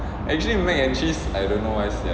actually mac and cheese I don't know why sia